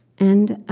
and